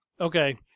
okay